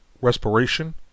respiration